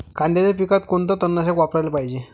कांद्याच्या पिकात कोनचं तननाशक वापराले पायजे?